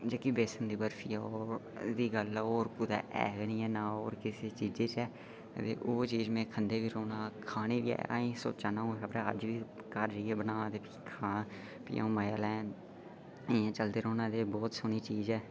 जेह्की बेसन दी बर्फी ऐ ओह्दी गल्ल ऐ ओह् होर कुतै ऐ नीं ऐ नां होर किसै चीजै च ऐ ते ओह् चीज में खंदे गै रौह्ना खानी बी ऐ सोचा ना हून अज्ज बी घर जाइयै बनां ते फ्ही खां ते फ्ही अ'ऊं मजा लैं इ'यां चलदे रौंह्ना ते बहुत सोह्नी चीज ऐ